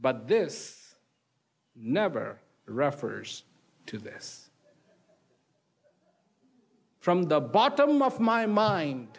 but this never rufford's to this from the bottom of my mind